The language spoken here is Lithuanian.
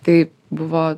tai buvo